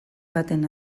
baten